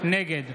נגד